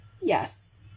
Yes